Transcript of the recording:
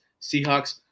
Seahawks